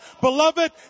beloved